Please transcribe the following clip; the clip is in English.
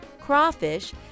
crawfish